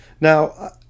Now